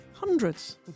Hundreds